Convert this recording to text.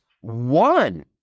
one